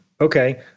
Okay